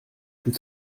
plus